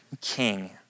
king